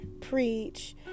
preach